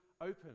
open